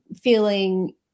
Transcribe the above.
feeling